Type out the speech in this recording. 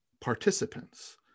participants